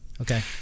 Okay